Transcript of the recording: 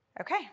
Okay